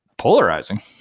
polarizing